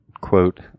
quote